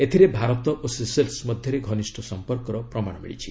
ଏଥିରେ ଭାରତ ଓ ସେସେଲ୍ସ୍ ମଧ୍ୟରେ ଘନିଷ୍ଠ ସମ୍ପର୍କର ପ୍ରମାଣ ମିଳିଛି